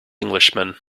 englishman